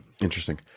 Interesting